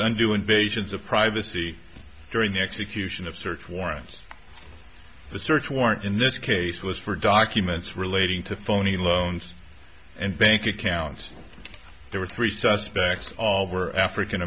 and doing visions of privacy during the execution of search warrants the search warrant in this case was for documents relating to phony loans and bank accounts there were three suspects all were african